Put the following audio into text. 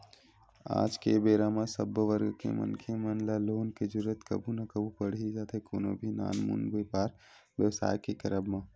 आज के बेरा म सब्बो वर्ग के मनखे मन ल लोन के जरुरत कभू ना कभू पड़ ही जाथे कोनो भी नानमुन बेपार बेवसाय के करब म